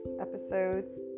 Episodes